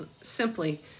simply